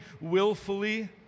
willfully